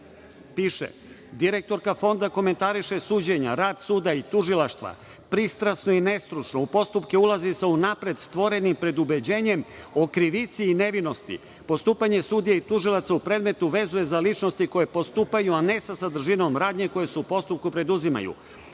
piše - direktorka Fonda komentariše suđenje, rad suda i Tužilaštva pristrasno i nestručno, u postupke ulazi sa unapred stvorenim predubeđenjem o krivici i nevinosti. Postupanje sudija i tužilaca u predmetu vezuje za ličnosti koje postupaju, a ne sa sadržinom radnje koje se u postupku preduzimaju,